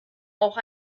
auch